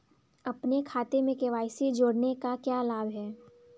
अपने खाते में के.वाई.सी जोड़ने का क्या लाभ है?